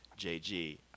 JG